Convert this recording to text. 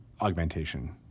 augmentation